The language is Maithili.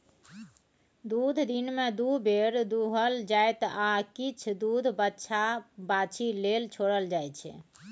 दुध दिनमे दु बेर दुहल जेतै आ किछ दुध बछ्छा बाछी लेल छोरल जाइ छै